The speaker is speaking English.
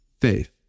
faith